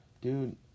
dude